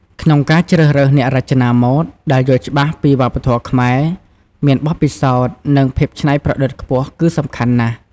ក្នុងការជ្រើសរើសអ្នករចនាម៉ូតដែលយល់ច្បាស់ពីវប្បធម៌ខ្មែរ មានបទពិសោធន៍ និងភាពច្នៃប្រឌិតខ្ពស់គឺសំខាន់ណាស់ ។